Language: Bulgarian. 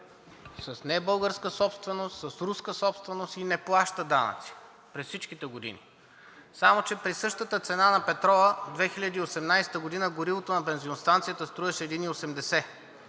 с небългарска собственост, с руска собственост и не плаща данъци през всичките години. Само че при същата цена на петрола 2018 г. горивото на бензиностанцията струваше 1,80